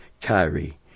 Kyrie